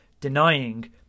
denying